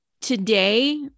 today